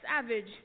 savage